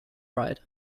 right